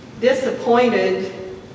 disappointed